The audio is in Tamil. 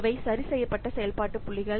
இவை சரிசெய்யப்பட்ட செயல்பாட்டு புள்ளிகள்